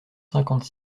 cinquante